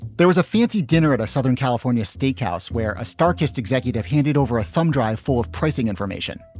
there was a fancy dinner at a southern california steakhouse where a starquest executive handed over a thumb drive full of pricing information.